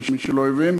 מי שלא הבין.